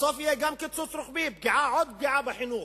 בסוף יהיה גם קיצוץ רוחבי ועוד פגיעה בחינוך,